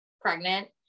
pregnant